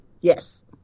Yes